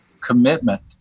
commitment